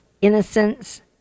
innocence